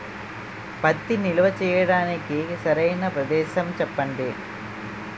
పత్తి నిల్వ చేయటానికి సరైన ప్రదేశం చెప్పండి?